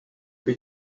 kui